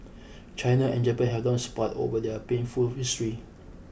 China and Japan have long sparred over their painful history